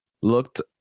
looked